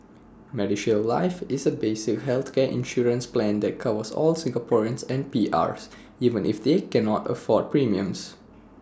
medishield life is A basic healthcare insurance plan that covers all Singaporeans and P Rs even if they cannot afford premiums